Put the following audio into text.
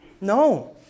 No